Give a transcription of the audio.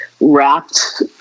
wrapped